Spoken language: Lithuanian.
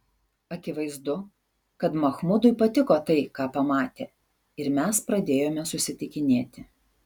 akivaizdu kad machmudui patiko tai ką pamatė ir mes pradėjome susitikinėti